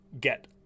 get